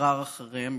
נגרר אחריהם.